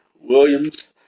Williams